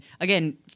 again